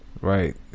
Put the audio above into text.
right